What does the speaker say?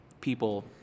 people